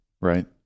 right